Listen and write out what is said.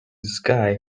sky